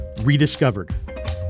rediscovered